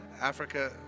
Africa